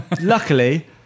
Luckily